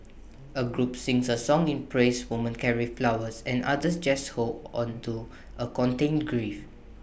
A group sings A song in praise women carry flowers and others just hold on to A contained grief